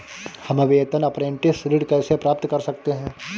हम वेतन अपरेंटिस ऋण कैसे प्राप्त कर सकते हैं?